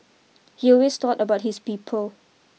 he always thought about his people